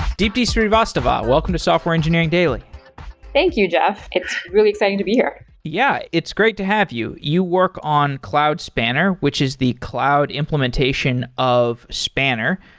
deepti srivastava, welcome to software engineering daily thank you, jeff. it's really exciting to be here. yeah, it's great to have you. you work on cloud spanner, which is the cloud implementation of spanner.